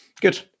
good